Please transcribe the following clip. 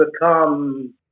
become